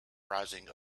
rising